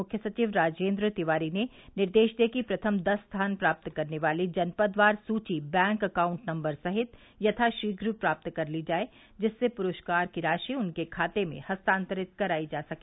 मुख्य सचिव राजेन्द्र तिवारी ने निर्देश दिये कि प्रथम दस स्थान प्राप्त करने वाली जनपदवार सूची बैंक एकाउंट नम्बर सहित यथाशीघ्र प्राप्त कर ली जाये जिससे पुरस्कार की राशि उनके खाते में हस्तांतरित करायी जा सके